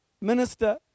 Minister